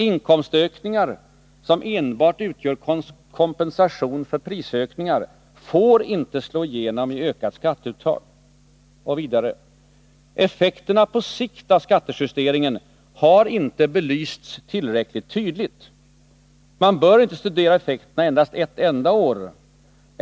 —-—- Inkomstök ningar som enbart utgör kompensation för prisökningar får inte slå igenom i ökat skatteuttag.” Och vidare: ”Effekterna på sikt av skattejusteringen har inte belysts tillräckligt tydligt. Man bör inte studera effekterna endast ett enda år.